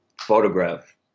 photograph